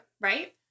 right